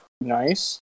Nice